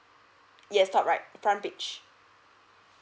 yes top right front page